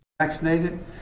Vaccinated